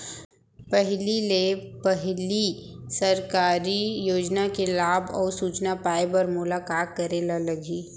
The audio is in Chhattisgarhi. पहिले ले पहिली सरकारी योजना के लाभ अऊ सूचना पाए बर मोला का करे बर लागही?